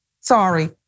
sorry